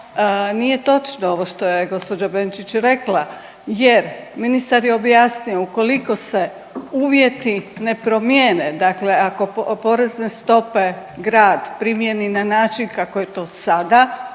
nije točno ovo što je gđa Benčić rekla jer ministar je objasnio, ukoliko se uvjeti ne promijene, dakle ako porezne stope grad primjeni na način kako je to sada,